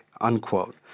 unquote